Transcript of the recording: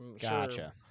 Gotcha